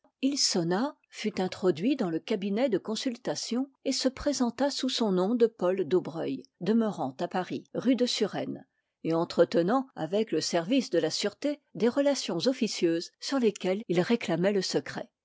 il sonna fut introduit dans le cabinet de consultation et se présenta sous son nom de paul daubreuil demeurant à paris rue de surène et entretenant avec le service de la sûreté des relations officieuses sur lesquelles il réclamait le secret